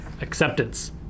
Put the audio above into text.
acceptance